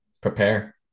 prepare